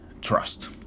trust